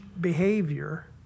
behavior